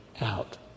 out